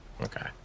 Okay